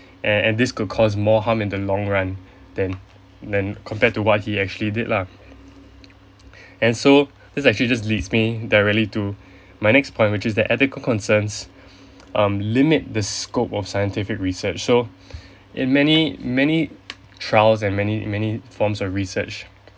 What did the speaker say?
and and this could cause more harm in the long run than than compared to what he actually did lah and so this actually just leads me directly to my next point which is that ethical concerns um limit the scope of scientific research so in many many trials and many many forms of research